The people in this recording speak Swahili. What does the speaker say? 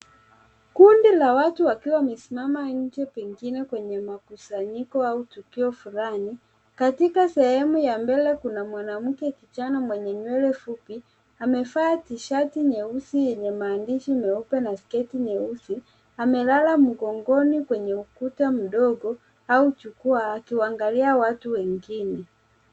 Kundi la watu wakiwa wamesimama nje pengine kwenye makusanyiko au tukio fulani. Katika sehemu ya mbele, kuna mwanamke kijana mwenye nywele fupi, amevaa tishati nyeusi yenye maandishi meupe na sketi nyeusi, amelala mgongoni kwenye ukuta mdogo au jukwaa akiwaangalia watu wengine.